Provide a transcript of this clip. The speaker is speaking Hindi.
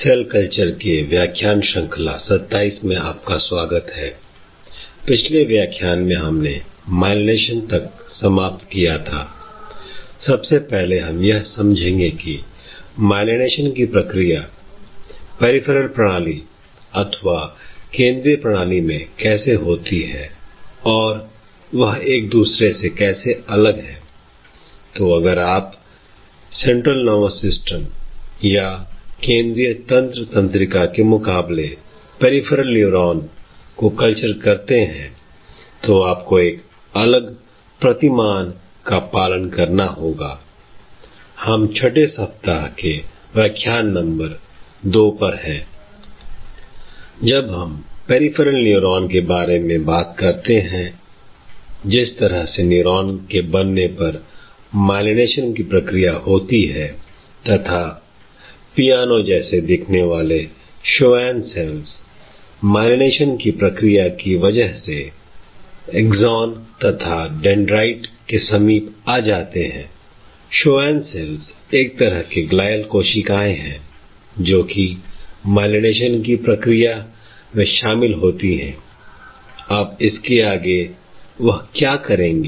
सेल संस्कृति के व्याख्यान श्रृंखला 27 में आपका स्वागत है I पिछले व्याख्यान में हमने MYELINATION तक समाप्त किया था I सबसे पहले हम यह समझेंगे की MYELINATION की प्रक्रिया पेरिफेरल प्रणाली अथवा केंद्रीय प्रणाली में कैसे होती है और वह एक दूसरे से अलग कैसे हैं I तो अगर आप केंद्रीय तंत्र तंत्रिका के मुकाबले पेरिफेरल न्यूरॉन को कल्चर करते हैं तो आपको एक अलग प्रतिमान का पालन करना होगा I हम 6 सप्ताह के व्याख्यान संख्या 2 पर हैं I जब आप पेरिफेरल न्यूरॉन के बारे में बात करते हैं जिस तरह से न्यूरॉन के बनने पर MYELINATION की प्रक्रिया होती है तथा पियानो जैसे दिखने वाले SCHWANN CELLSMYELINATION की प्रक्रिया की वजह से एग्जाम तथा डेंड्राइड के समीप आ जाते हैं I SCHWANN CELLS एक तरह के GLIAL कोशिकाएं हैं जोकि MYELINATION की प्रक्रिया में शामिल होती है Iअब इसके आगे वह क्या करेंगे